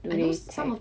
do they check